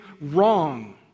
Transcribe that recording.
wrong